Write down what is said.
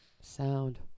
sound